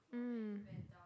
mm